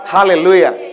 Hallelujah